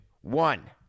one